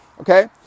okay